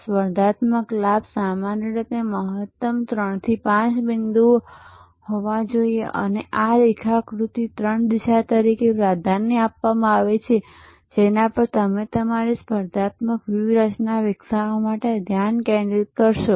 સ્પર્ધાત્મક લાભ સામાન્ય રીતે મહત્તમ ત્રણથી પાંચ બિંદુનો હોવો જોઈએ અને આ રેખાકૃતિને ત્રણ દિશા તરીકે પ્રાધાન્ય આપવામાં આવે છે જેના પર તમે તમારી સ્પર્ધાત્મક વ્યૂહરચના વિકસાવવા માટે ધ્યાન કેન્દ્રિત કરશો